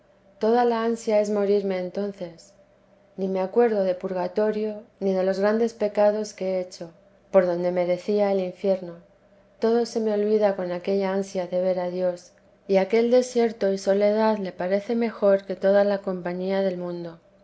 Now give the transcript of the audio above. toda la ansia es morirme entonces ni me acuerdo de purgatorio ni de los grandes pecados que he hecho por donde merecía el infierno todo se me olvida con aquella ansia de ver a dios y aquel desierto y soledad le parece mejor que toda la compañía del mundo